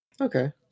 Okay